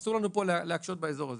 אסור לנו להקשות באזור הזה.